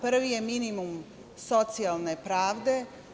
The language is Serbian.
Prvi je minimum socijalne pravde.